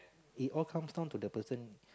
it all comes down to the person